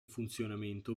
funzionamento